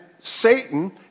Satan